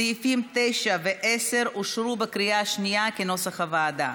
סעיפים 9 ו-10 אושרו בקריאה השנייה, כנוסח הוועדה.